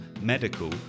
medical